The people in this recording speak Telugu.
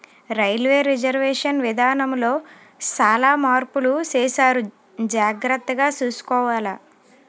రైల్వే రిజర్వేషన్ విధానములో సాలా మార్పులు సేసారు జాగర్తగ సూసుకోవాల